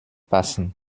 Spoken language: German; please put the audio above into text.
passen